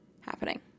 happening